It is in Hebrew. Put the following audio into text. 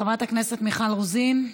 חברת הכנסת מיכל רוזין,